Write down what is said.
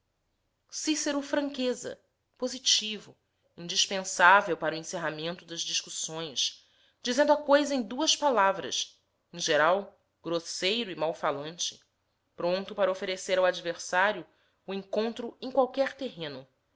cícero franqueza positivo indispensável para o encerramento das discussões dizendo a coisa em duas palavras em geral grosseiro e malfalante pronto para oferecer ao adversário o encontro em qualquer terreno